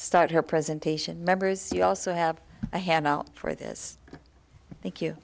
start her presentation members you also have a hand out for this thank you